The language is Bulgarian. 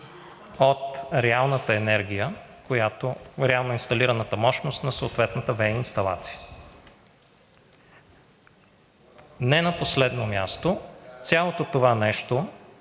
от реалната енергия, която е реално инсталираната мощност на съответната ВЕИ инсталация. Не на последно място, цялото това нещо